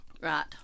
Right